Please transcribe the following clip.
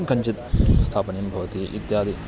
कञ्चित् स्थापनीयं भवति इत्यादि